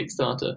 Kickstarter